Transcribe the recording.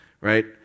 right